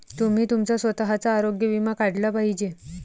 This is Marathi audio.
तुम्ही तुमचा स्वतःचा आरोग्य विमा काढला पाहिजे